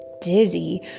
Dizzy